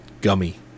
gummy